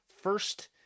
first